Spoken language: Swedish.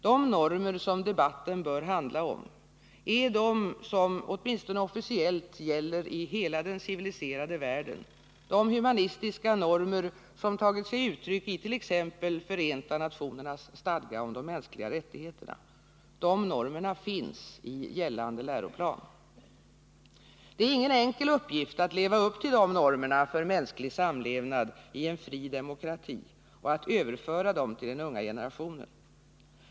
De normer som debatten bör handla om är de som, åtminstone officiellt, gäller i hela den civiliserade världen, de humanistiska normer som tagit sig uttryck i t.ex. Förenta nationernas stadga om de mänskliga rättigheterna. De normerna finns i gällande läroplan. Det är ingen enkel uppgift att leva upp till dessa normer för mänsklig samlevnad i en fri demokrati och att överföra dessa till den unga generationen.